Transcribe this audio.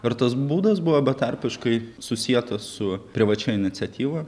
ir tas būdas buvo betarpiškai susietas su privačia iniciatyva